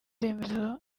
remezo